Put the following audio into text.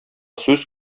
сүз